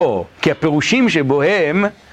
כי הפירושים שבוהם